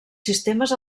sistemes